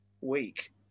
Week